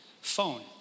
phone